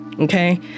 Okay